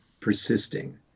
persisting